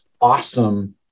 awesome